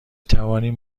توانیم